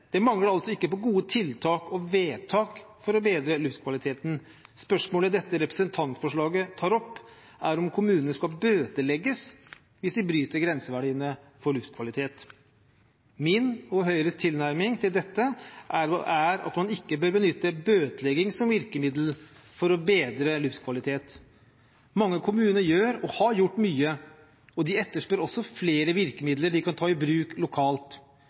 Det mangler altså ikke på gode tiltak og vedtak for å bedre luftkvaliteten. Spørsmålet dette representantforslaget tar opp, er om kommunene skal bøtelegges hvis de bryter grenseverdiene for luftkvalitet. Min og Høyres tilnærming til dette er at man ikke bør benytte bøtelegging som virkemiddel for å bedre luftkvalitet. Mange kommuner gjør og har gjort mye, og de etterspør også flere virkemidler de kan ta i bruk lokalt.